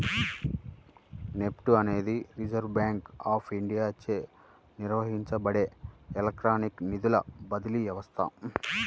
NEFT అనేది reserve bank of ఇండియాచే నిర్వహించబడే ఎలక్ట్రానిక్ నిధుల బదిలీ వ్యవస్థ